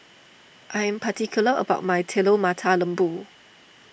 I am particular about my Telur Mata Lembu